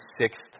sixth